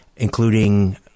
including